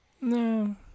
No